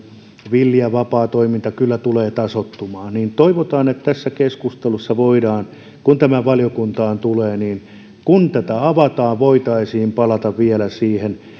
villi ja vapaa toiminta kyllä tulee tasoittumaan toivotaan että tässä keskustelussa voitaisiin kun tämä valiokuntaan tulee kun tätä avataan palata vielä siihen